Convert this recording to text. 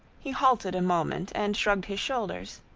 he halted a moment and shrugged his shoulders.